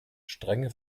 strenge